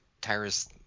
Tyrus